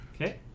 Okay